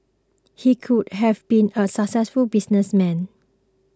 he could have been a successful businessman